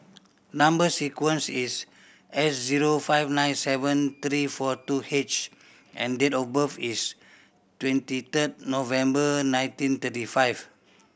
number sequence is S zero five nine seven three four two H and date of birth is twenty third November nineteen thirty five